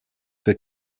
für